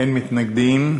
אין מתנגדים,